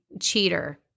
cheater